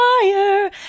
fire